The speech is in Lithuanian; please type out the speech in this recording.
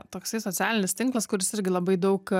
toksai socialinis tinklas kuris irgi labai daug